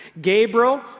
Gabriel